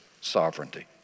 sovereignty